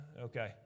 Okay